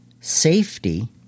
safety